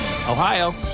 Ohio